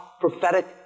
prophetic